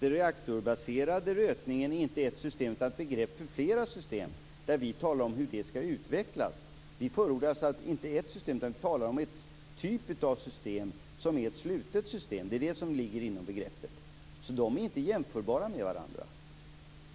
Reaktorbaserad rötning är inte ett system utan ett begrepp för flera system. Vi talar om hur de skall utvecklas. Vi förordar alltså inte ett system utan talar om en typ av slutet system. Det är vad som ligger inom begreppet. De båda är inte jämförbara med varandra.